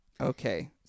Okay